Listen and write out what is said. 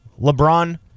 LeBron